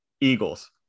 Eagles